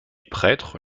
prêtre